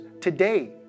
today